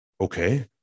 Okay